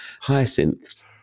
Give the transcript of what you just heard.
hyacinths